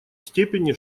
степени